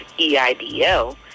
EIDL